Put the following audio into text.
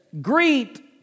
greet